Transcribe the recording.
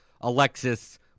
Alexis